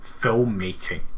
filmmaking